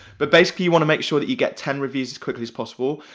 but basically, you wanna make sure that you get ten reviews as quickly as possible,